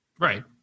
Right